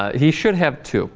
he should have to